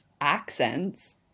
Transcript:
accents